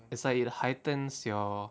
it's like it heightens your